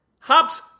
Hops